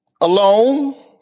alone